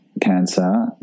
cancer